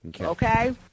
Okay